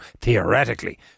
theoretically